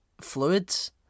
fluids